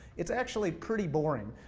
it's actually pretty boring.